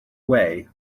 way